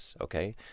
Okay